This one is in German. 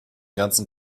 ganzen